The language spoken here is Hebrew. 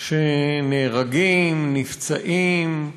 שנהרגים, נפצעים,